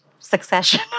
succession